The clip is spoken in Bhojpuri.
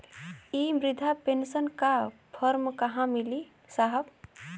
इ बृधा पेनसन का फर्म कहाँ मिली साहब?